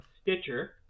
stitcher